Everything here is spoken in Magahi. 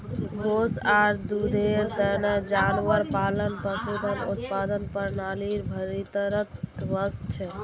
गोस आर दूधेर तने जानवर पालना पशुधन उत्पादन प्रणालीर भीतरीत वस छे